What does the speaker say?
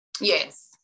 yes